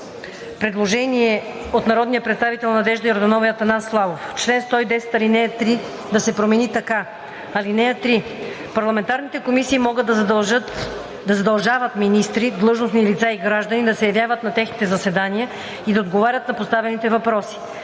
предложение на народните представители Надежда Йорданова и Атанас Славов: В чл. 110 ал. 3 да се промени така: „(3) Парламентарните комисии могат да задължават министри, длъжностни лица и граждани да се явяват на техните заседания и да отговарят на поставените въпроси.